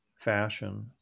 Fashion